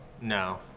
No